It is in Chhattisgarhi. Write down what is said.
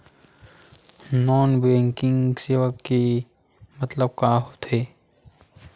नॉन बैंकिंग सेवा के मतलब का होथे?